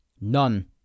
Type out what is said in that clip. None